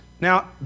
Now